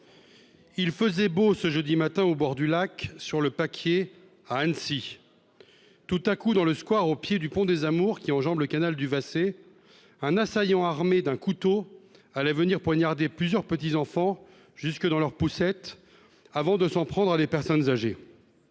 Il faisait beau ce jeudi matin au bord du lac sur le Pâquier à Annecy. Tout à coup dans le square au pied du pont des amours qui enjambe le canal du passé. Un assaillant armé d'un couteau allait venir poignardé plusieurs petits-enfants jusque dans leur poussette avant de s'en prendre à des personnes âgées.